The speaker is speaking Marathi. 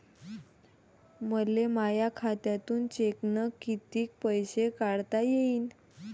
मले माया खात्यातून चेकनं कितीक पैसे काढता येईन?